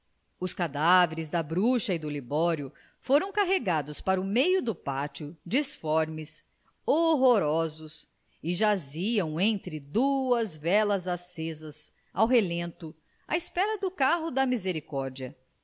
os cadáveres da bruxa e do libório foram carregados para o meio do pátio disformes horrorosos e jaziam entre duas velas acesas ao relento à espera do carro da misericórdia